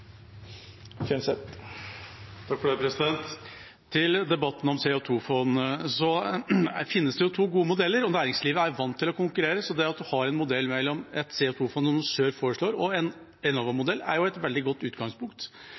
Kjenseth har hatt ordet to gonger tidlegare og får ordet til ein kort merknad, avgrensa til 1 minutt. Til debatten om CO 2 -fond: Det finnes to gode modeller. Næringslivet er vant til å konkurrere, så at man har en modell med et CO 2 -fond, som NHO og ZERO foreslår, og en Enova-modell, er jo